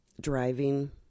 Driving